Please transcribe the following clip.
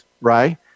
right